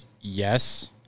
yes